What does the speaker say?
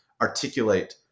articulate